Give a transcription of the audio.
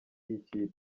y’ikipe